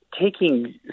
taking